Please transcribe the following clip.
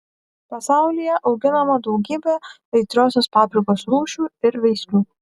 pasaulyje auginama daugybė aitriosios paprikos rūšių ir veislių